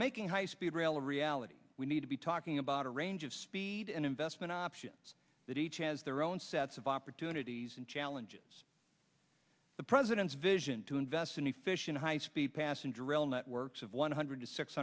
making high speed rail a reality we need to be talking about a range of speed and investment options that each has their own sets of opportunities and challenges the president's vision to invest in efficient high speed passenger rail networks of one hundred to six